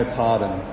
pardon